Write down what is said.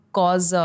cause